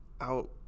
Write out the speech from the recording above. out